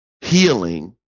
healing